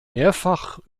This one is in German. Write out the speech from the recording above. mehrfach